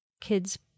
kids